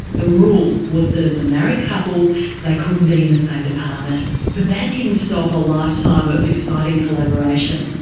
the rule was that as a married couple they couldn't be in the same department. but that didn't stop a lifetime of exciting collaboration.